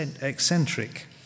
eccentric